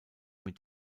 mit